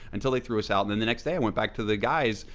until they threw us out, and then the next day i went back to the guys,